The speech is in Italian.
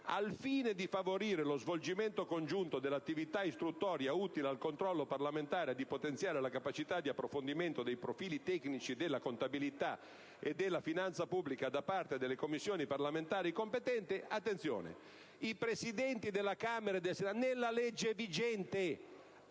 al fine di favorire lo svolgimento congiunto dell'attività istruttoria utile al controllo parlamentare e di potenziare la capacità di approfondimento dei profili tecnici della contabilità e della finanza pubblica da parte delle Commissioni parlamentari competenti,» - attenzione: si parla dei Presidenti della Camera e del Senato nella legge vigente